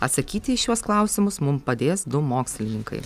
atsakyti į šiuos klausimus mum padės du mokslininkai